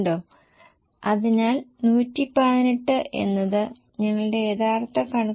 ഇപ്പോൾ വൈദ്യുതിയും ഇന്ധനവും ഇവിടെ വേരിയബിളാണ് അതിനാൽ ഇത് 15 ശതമാനവും 11 ശതമാനവും വർദ്ധിപ്പിച്ചു